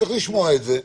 צריך לשמוע את זה.